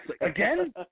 Again